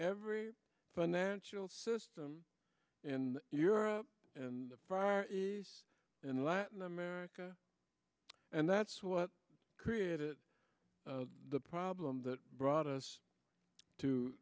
every financial system in europe and prior and latin america and that's what created the problem that brought us to